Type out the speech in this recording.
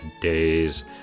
days